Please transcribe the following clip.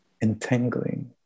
entangling